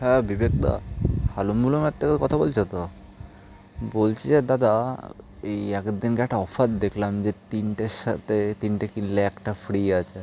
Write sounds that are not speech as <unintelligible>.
হ্যাঁ বিবেকদা <unintelligible> থেকে কথা বলছ তো বলছি যে দাদা এই এক দিনকার একটা অফার দেখলাম যে তিনটের সাথে তিনটে কিনলে একটা ফ্রি আছে